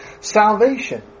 salvation